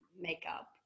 makeup